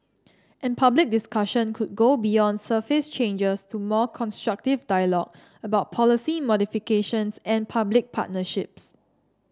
and public discussion could go beyond surface changes to more constructive dialogue about policy modifications and public partnerships